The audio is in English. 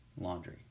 laundry